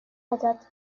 load